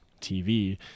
TV